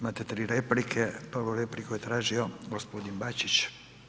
Imate 3 replike, prvu repliku je tražio g. Bačić.